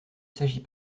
s’agit